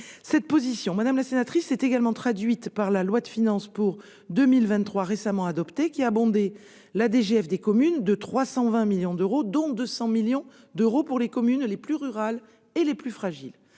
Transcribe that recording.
traduite, madame la sénatrice, dans la loi de finances pour 2023 récemment adoptée, qui a abondé la DGF des communes de 320 millions d'euros, dont 200 millions d'euros pour les communes les plus rurales et les plus fragiles.